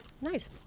Nice